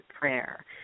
Prayer